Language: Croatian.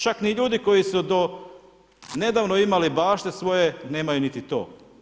Čak ni ljudi koji su do nedavno imali baš će svoje nemaju niti to.